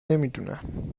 نمیدونند